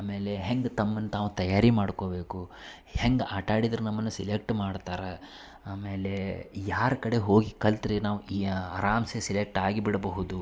ಆಮೇಲೆ ಹೇಗ್ ತಮ್ಮನ್ನು ತಾವು ತಯಾರಿ ಮಾಡ್ಕೋಬೇಕು ಹೇಗ್ ಆಟಾಡಿದ್ರೆ ನಮ್ಮನ್ನ ಸಿಲೆಕ್ಟ್ ಮಾಡ್ತಾರ ಆಮೇಲೇ ಯಾರ ಕಡೆ ಹೋಗಿ ಕಲಿತ್ರೆ ನಾವು ಇಯಾ ಆರಾಮ್ಸೆ ಸಿಲೆಕ್ಟ್ ಆಗಿ ಬಿಡಬಹುದು